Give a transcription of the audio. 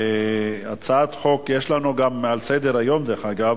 בעד, 9, אין מתנגדים ואין נמנעים.